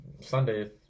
Sunday